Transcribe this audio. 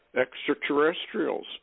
extraterrestrials